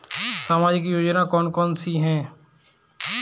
सामाजिक योजना कौन कौन सी हैं?